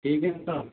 ठीक है साहब